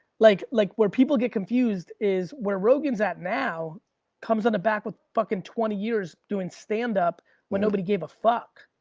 like like where people get confused is where rogan's at now comes on the back of fucking twenty years doing standup where nobody gave a fuck.